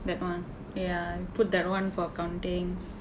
that [one] ya put that [one] for accounting